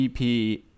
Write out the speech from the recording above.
EP